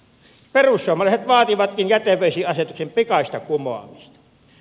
perussuomalaiset vaativatkin jätevesiasetuksen pikaista kumoamista